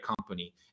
company